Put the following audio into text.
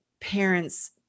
parents